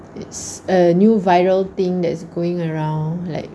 it's a new viral thing that's going around like